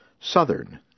southern